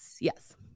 Yes